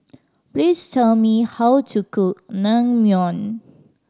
please tell me how to cook Naengmyeon